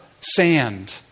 sand